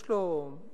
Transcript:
יש לו רעיונות,